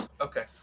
okay